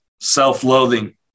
self-loathing